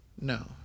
No